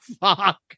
fuck